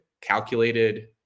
calculated